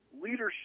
leadership